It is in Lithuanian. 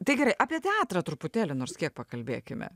tai gerai apie teatrą truputėlį nors kiek pakalbėkime